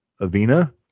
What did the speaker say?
Avena